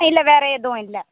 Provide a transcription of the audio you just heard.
இல்லை வேறு எதுவும் இல்லை